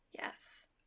Yes